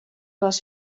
les